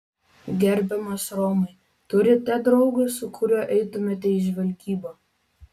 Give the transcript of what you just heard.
gerbiamas romai turite draugą su kuriuo eitumėte į žvalgybą